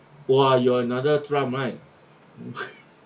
!wah! you're another trump right